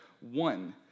one